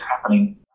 happening